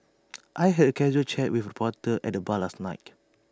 I had A casual chat with reporter at the bar last night